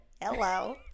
hello